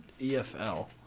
EFL